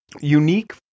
unique